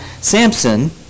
Samson